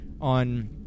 on